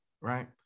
right